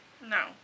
no